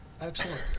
Excellent